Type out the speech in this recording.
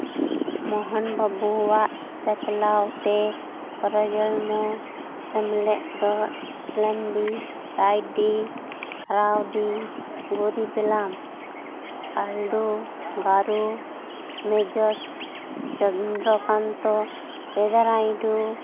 ᱢᱳᱦᱚᱱ ᱵᱟᱵᱩᱣᱟᱜ ᱪᱟᱪᱟᱞᱟᱣ ᱛᱮ ᱯᱨᱚᱡᱚᱱᱢᱚ ᱥᱮᱢᱞᱮᱫ ᱫᱚ ᱥᱞᱮᱢᱵᱤ ᱟᱭᱰᱤ ᱠᱨᱟᱣᱰᱤ ᱜᱚᱨᱤᱯᱞᱟ ᱟᱞᱰᱩ ᱜᱟᱨᱩ ᱱᱤᱡᱚᱨ ᱪᱚᱱᱫᱨᱚ ᱠᱟᱱᱛᱚ ᱯᱮᱨᱟᱱᱟᱭᱰᱩ